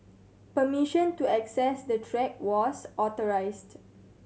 permission to access the track was authorised